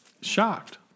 shocked